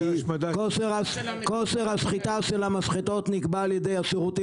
כי כושר השחיטה של המשחטות נקבע על ידי השירותים